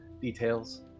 details